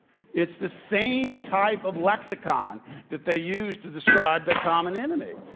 it's the same type of lexicon that they use to describe the common enemy.